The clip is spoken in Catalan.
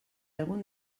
algun